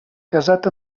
casat